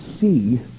see